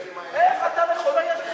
איך אתה תתמוך בחוק הזה,